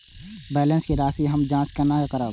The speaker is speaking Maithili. बैलेंस के राशि हम जाँच केना करब?